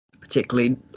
particularly